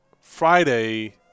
Friday